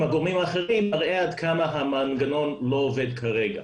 הגורמים האחרים מראה עד כמה המנגנון לא עובד כרגע.